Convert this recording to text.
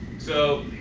so